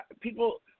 people